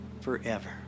forever